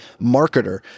marketer